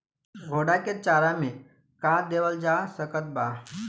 घोड़ा के चारा मे का देवल जा सकत बा?